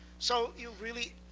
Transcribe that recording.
so you really,